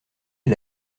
est